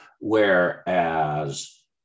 whereas